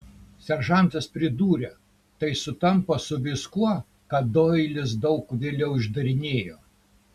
seržantas pridūrė tai sutampa su viskuo ką doilis daug vėliau išdarinėjo